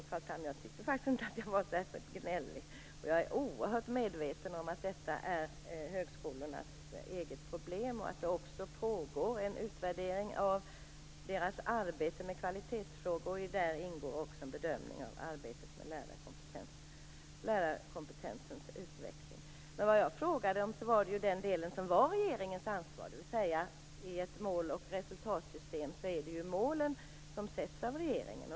Fru talman! Jag tycker faktiskt inte att jag var särskilt gnällig, Carl Tham. Jag är oerhört medveten om att detta är högskolornas eget problem och att det pågår en utvärdering av deras arbete med kvalitetsfrågor, vari också ingår en bedömning av arbetet med lärarkompetens och dennas utveckling. Men vad jag frågade om var den del som är regeringens ansvar. I ett mål och resultatsystem sätts ju målen av regeringen.